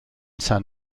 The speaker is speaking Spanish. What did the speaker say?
san